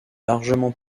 largement